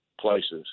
places